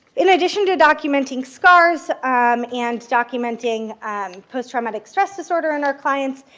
in addition to documenting scars um and documenting um post-traumatic stress disorder in our clients,